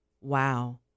wow